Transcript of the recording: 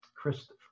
Christopher